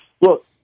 Look